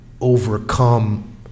overcome